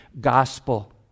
Gospel